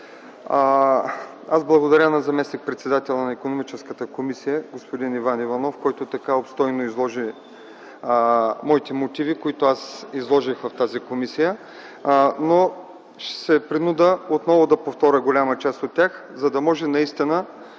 Аз благодаря на заместник-председателя на Икономическата комисия господин Иван Иванов, който така обстойно изложи моите мотиви, които изложих в тази комисия. Ще се принудя отново да повторя голяма част от тях, за да може, колеги,